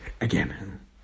again